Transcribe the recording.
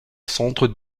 centre